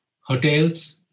hotels